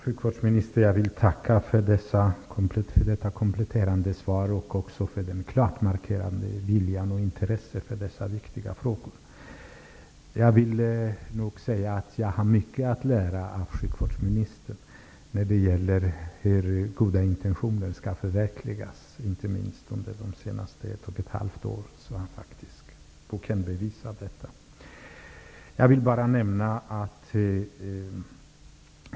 Herr talman! Jag vill tacka sjukvårdsministern för detta kompletterande svar och för den klart markerade viljan och intresset för dessa viktiga frågor. Jag har mycket att lära av sjukvårdsministern när det gäller hur goda intentioner skall förverkligas. Under de senaste ett--två åren har Bo Könberg visat detta.